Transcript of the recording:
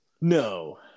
No